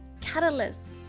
catalyst